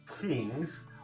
kings